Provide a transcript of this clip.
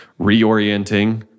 reorienting